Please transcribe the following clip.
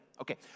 Okay